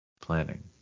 planning